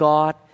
God